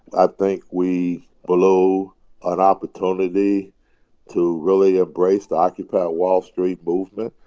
i think we blew an opportunity to really embrace the occupy wall street movement.